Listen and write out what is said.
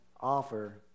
offer